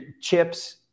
chips